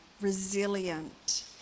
resilient